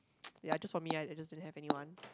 just for me I just didn't have anyone